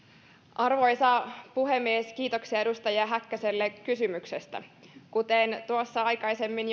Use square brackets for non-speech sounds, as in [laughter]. arvoisa puhemies kiitoksia edustaja häkkäselle kysymyksestä kuten aikaisemmin [unintelligible]